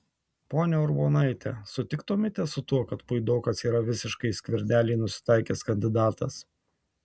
ponia urbonaite sutiktumėte su tuo kad puidokas yra visiškai į skvernelį nusitaikęs kandidatas